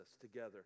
together